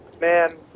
man